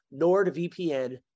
NordVPN